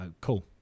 Cool